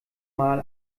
mal